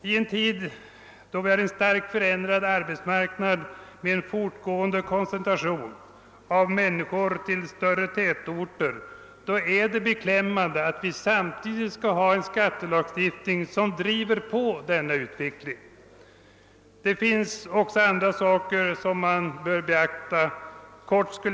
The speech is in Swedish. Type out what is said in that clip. I en tid då vi har en starkt förändrad arbetsmarknad med en fortgående koncentration av människor till större tätorter är det beklämmande att vi samtidigt skall ha en skattelagstiftning som driver på denna utveckling. Det finns också andra saker som man bör beakta.